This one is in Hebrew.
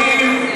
הלוואי.